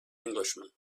englishman